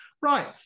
Right